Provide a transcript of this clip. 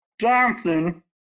Johnson